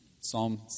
Psalm